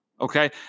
okay